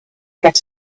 get